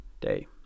day